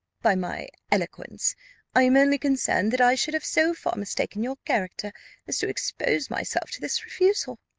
by my eloquence i am only concerned that i should have so far mistaken your character as to expose myself to this refusal.